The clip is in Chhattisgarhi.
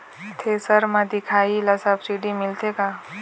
थ्रेसर म दिखाही ला सब्सिडी मिलथे का?